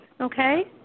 Okay